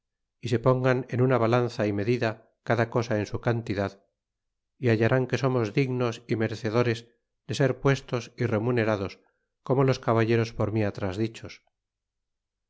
y se pongan en una balanza y medida cada cosa en su cantidad y hallarán que somos dignos y merecedores de ser puestos y remunerados como los caballeros por mi atrás dichos